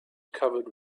covered